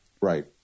right